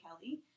Kelly